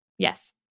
Yes